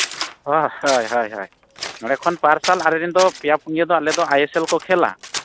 ᱦᱳᱭ ᱦᱳᱭ ᱦᱳᱭ ᱱᱚᱸᱰᱮ ᱠᱷᱚᱱ ᱯᱟᱨ ᱥᱟᱞ ᱟᱞᱮ ᱨᱮᱱ ᱫᱚ ᱯᱮᱭᱟ ᱯᱩᱱᱭᱟᱹ ᱟᱞᱮ ᱫᱚ ᱟᱭᱮᱥᱮᱞ ᱠᱚ ᱠᱷᱮᱹᱞᱟ